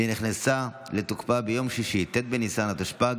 שנכנסה לתוקפה ביום שישי ט' בניסן התשפ"ג,